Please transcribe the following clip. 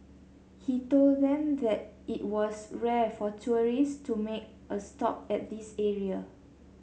he told them that it was rare for tourists to make a stop at this area